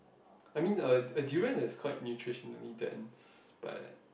I mean a a durian is quite nutritionally then but